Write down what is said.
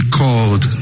called